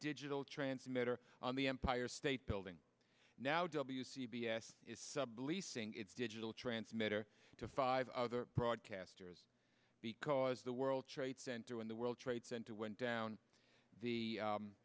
digital transmitter on the empire state building now w c b s is subleasing its digital transmitter to five other broadcasters because the world trade center when the world trade center went down the